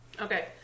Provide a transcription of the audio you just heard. Okay